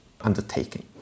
undertaking